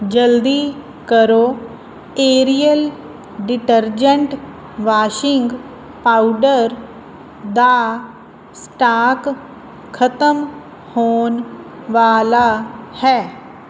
ਜਲਦੀ ਕਰੋ Ariel detergent washing powder ਦਾ ਸਟਾਕ ਖਤਮ ਹੋਣ ਵਾਲਾ ਹੈ